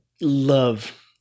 love